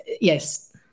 yes